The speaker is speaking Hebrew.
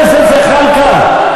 הבנתי שאתה רוצה לגרש מפה את